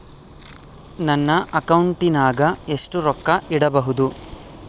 ನನ್ನ ಅಕೌಂಟಿನಾಗ ಎಷ್ಟು ರೊಕ್ಕ ಇಡಬಹುದು?